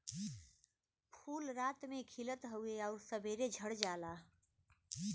फूल रात में खिलत हउवे आउर सबेरे झड़ जाला